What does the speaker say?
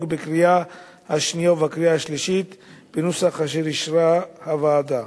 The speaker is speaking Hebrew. בקריאה השנייה ובקריאה השלישית בנוסח אשר אישרה הוועדה.